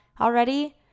already